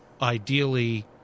Ideally